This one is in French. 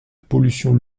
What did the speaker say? pollution